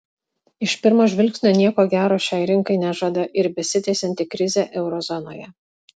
iš pirmo žvilgsnio nieko gero šiai rinkai nežada ir besitęsianti krizė euro zonoje